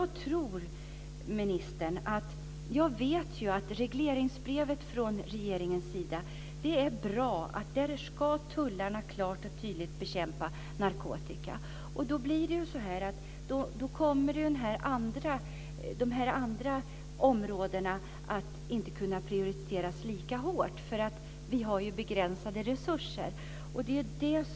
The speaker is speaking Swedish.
Regleringsbrevet från regeringen är bra. Där sägs klart och tydligt att tullarna ska bekämpa narkotika. Då kommer inte annan typ av smuggling prioriteras lika högt. Resurserna är ju begränsade.